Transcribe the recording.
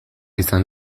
izan